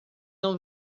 não